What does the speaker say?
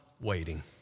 waiting